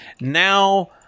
Now